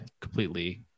completely